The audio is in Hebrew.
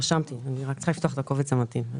רשמתי, אני רק צריכה לפתוח את הקובץ המתאים.